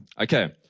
Okay